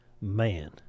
man